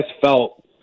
felt